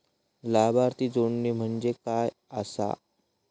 लाभार्थी जोडणे म्हणजे काय आसा?